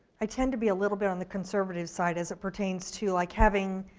i tend to be a little bit on the conservative side as it pertains to like having,